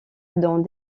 dans